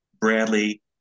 Bradley